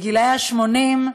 לגילאי ה-80.